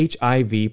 HIV